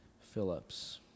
Phillips